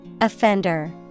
Offender